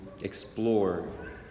explore